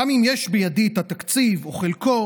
גם אם יש בידי את התקציב או את חלקו,